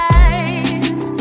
eyes